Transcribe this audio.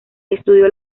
estudió